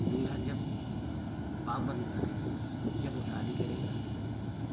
दूल्हा जब बाप बनता है जब वो शादी करेगा